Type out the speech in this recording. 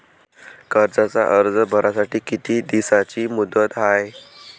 कर्जाचा अर्ज भरासाठी किती दिसाची मुदत हाय?